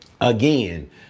Again